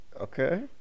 okay